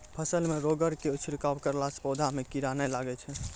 फसल मे रोगऽर के छिड़काव करला से पौधा मे कीड़ा नैय लागै छै?